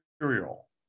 material